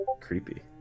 creepy